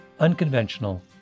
unconventional